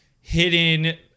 hidden